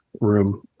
room